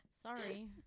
Sorry